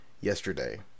yesterday